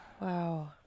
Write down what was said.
Wow